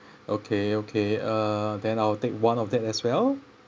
okay okay uh then I'll take one of that as well